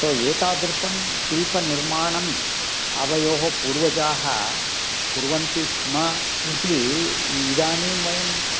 सो एतादृशं शिल्पनिर्माणम् आवयोः पूर्वजाः कुर्वन्ति स्म इति इदानीं वयम्